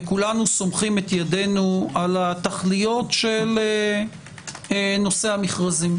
וכולנו סומכים את ידינו על התכליות של נושא המכרזים,